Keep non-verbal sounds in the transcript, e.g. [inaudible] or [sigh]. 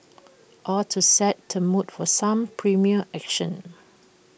[noise] all to set the mood for some primal action